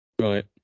Right